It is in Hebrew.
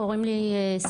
קוראים לי סאלם,